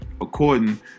according